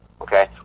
okay